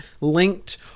linked